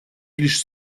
лишь